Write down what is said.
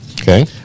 Okay